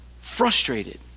frustrated